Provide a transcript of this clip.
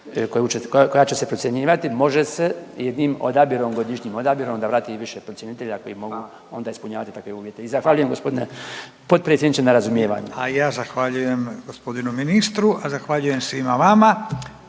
koja će se procjenjivati. Može se jednim odabirom, godišnjim odabirom, odabrati više procjenitelja koji mogu …/Upadica Radin: Hvala./… onda ispunjavati takve uvjete. I zahvaljujem gospodine potpredsjedniče na razumijevanju. **Radin, Furio (Nezavisni)** A i ja zahvaljujem gospodinu ministru. Zahvaljujem svima vama.